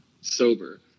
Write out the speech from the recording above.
sober